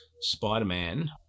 Spider-Man